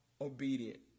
obedient